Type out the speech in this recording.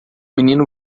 menino